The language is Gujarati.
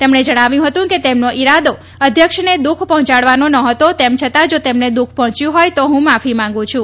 તેમણે જણાવ્યું હતું કે તેમનો ઈરાદો અધ્યક્ષને દુઃખ પહોંચાડવાનો ન હોતો તેમ છતાં જા તેમને દુઃખ પહોંચ્યું હોય તો હું માફી માંગુ છું